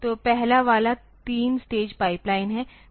तो पहला वाला 3 स्टेज पाइपलाइन है